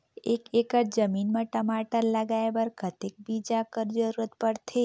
एक एकड़ जमीन म टमाटर लगाय बर कतेक बीजा कर जरूरत पड़थे?